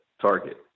target